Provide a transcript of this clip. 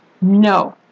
No